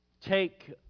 take